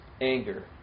anger